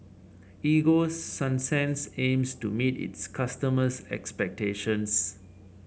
Ego Sunsense aims to meet its customers' expectations